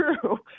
true